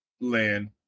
land